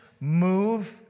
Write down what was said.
move